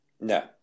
No